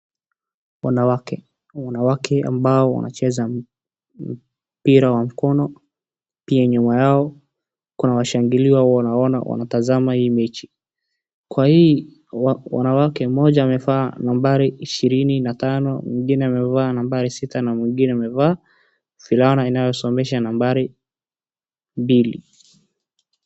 Wanawake, wanawake ambao wanacheza mpira wa mkono, pia nyuma yao kuna washangilia hao unaona wanatazama hii mechi, Kwa hii wanawake mmoja amevaa nambari ishirini na tano, mwingine amevaa nambari sita na mwingine amevaa fulana inayoonyesha nambari mbili.